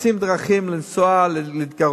מחפשים דרכים להתגרות,